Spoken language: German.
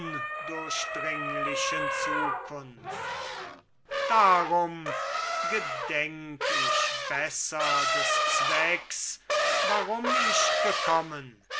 undurchdringlichen zukunft darum gedenk ich besser des zwecks warum ich gekommen